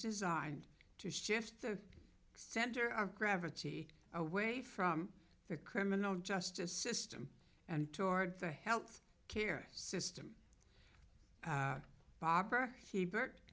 designed to shift the center of gravity away from the criminal justice system and towards the health care system barbara hiebert